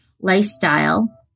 lifestyle